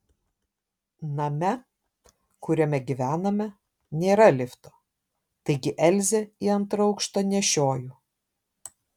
name kuriame gyvename nėra lifto taigi elzę į antrą aukštą nešioju